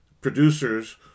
producers